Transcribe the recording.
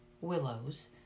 willows